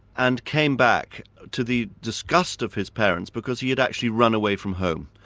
and came back to the disgust of his parents, because he had actually run away from home.